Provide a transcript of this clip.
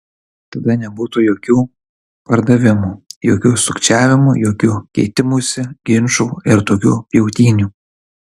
tada nebūtų jokių pardavimų jokių sukčiavimų jokių keitimųsi ginčų ir tokių pjautynių